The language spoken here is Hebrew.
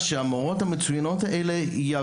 אני רוצה לבנות את הקריירה שלי כאן בלי שום ספק.